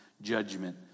judgment